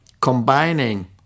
combining